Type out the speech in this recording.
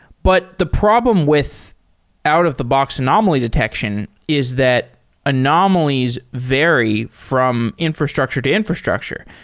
but the problem with out-of-the-box anomaly detection is that anomalies vary from infrastructure to infrastructure.